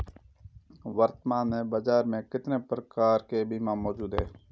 वर्तमान में बाज़ार में कितने प्रकार के बीमा मौजूद हैं?